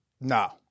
No